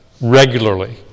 regularly